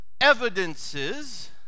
evidences